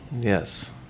Yes